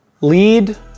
Lead